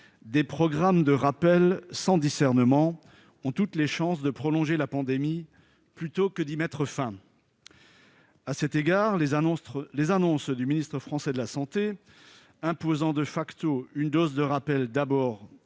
des programmes de rappel sans discernement ont toutes les chances de prolonger la pandémie, plutôt que d'y mettre fin ». À cet égard, les annonces du ministre français de la santé, imposant une dose de rappel d'abord